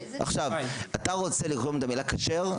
אתה רוצה לרשום את המילה כשר?